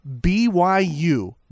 BYU